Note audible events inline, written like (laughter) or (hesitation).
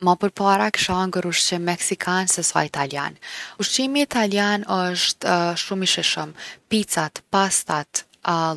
Ma përpara kisha hangër ushqim meksikan se sa Italian. Ushqimi Italian osht (hesitation) shumë i shishëm, picat, pastat,